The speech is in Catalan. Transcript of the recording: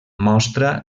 mostra